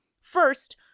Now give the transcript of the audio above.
First